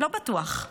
לא בטוח.